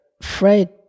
fred